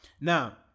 Now